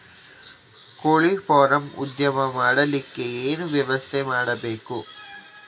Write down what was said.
ಕೋಳಿ ಫಾರಂ ಉದ್ಯಮ ಮಾಡಲಿಕ್ಕೆ ಏನು ವ್ಯವಸ್ಥೆ ಮಾಡಬೇಕು?